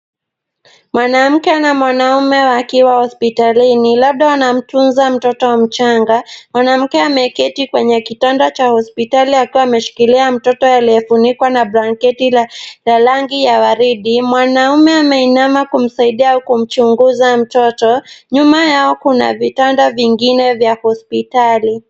Mwanamke na mwanaume wakiwa hospitalini labda wanamtunza mtoto mchanga, mwanamke ameketi kwenye kitanda cha hospitali akiwa ameshikilia mtoto aliyefunikwa na blanketi la rangi ya waridi, mwanauume ameinama kumsaidia kumchunguza mtoto. Nyuma yao kuna vitanda vingine vya hospitali.